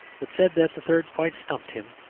but said that the third quite stumped him.